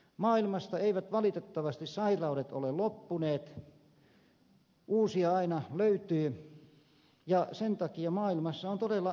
maailmasta eivät valitettavasti sairaudet ole loppuneet uusia aina löytyy ja sen takia maailmassa on todella haasteita